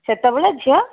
ସେତେବେଳେ ଝିଅ